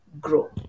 grow